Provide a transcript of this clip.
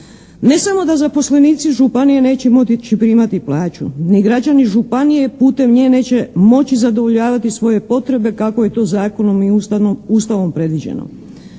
Ne samo da zaposlenici županije neće moći primati plaću, ni građani županije putem nje neće moći zadovoljavati svoje potrebe kako je to zakonom i Ustavom predviđeno.